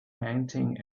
panting